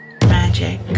magic